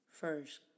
first